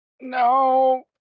No